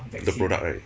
the product right